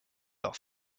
leurs